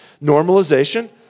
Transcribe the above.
Normalization